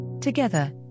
Together